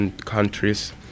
countries